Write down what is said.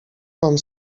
mam